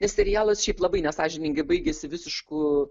ir serialas šiaip labai nesąžiningai baigiasi visišku